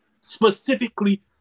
specifically